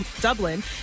Dublin